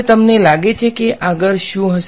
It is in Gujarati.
હવે તમને લાગે છે કે આગળ શું હશે